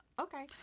okay